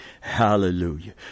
Hallelujah